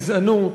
הגזענות,